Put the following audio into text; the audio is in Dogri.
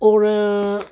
होर